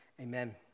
Amen